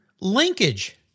Linkage